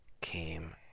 came